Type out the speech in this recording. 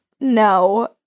no